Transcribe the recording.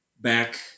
back